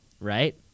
right